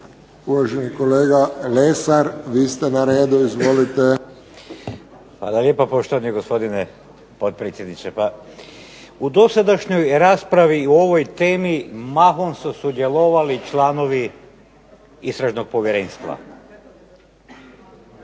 laburisti - Stranka rada)** Hvala lijepa poštovani gospodine potpredsjedniče. Pa u dosadašnjoj raspravi o ovoj temi mahom su sudjelovali članovi Istražnog povjerenstva.